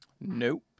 Nope